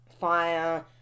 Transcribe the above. Fire